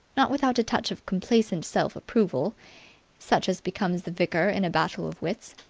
not without a touch of complacent self-approval such as becomes the victor in a battle of wits.